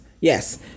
Yes